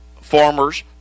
farmers